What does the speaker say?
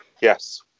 yes